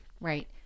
Right